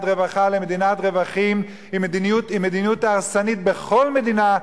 רווחה למדינת רווחים היא מדיניות הרסנית בכל מדינה,